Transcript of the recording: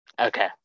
Okay